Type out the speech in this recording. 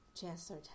Chancellor